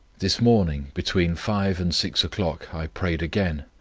this morning, between five and six o'clock i prayed again,